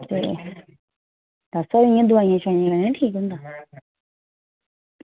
doctor साहब इंया दोआइयें नै निं ठीक होंदा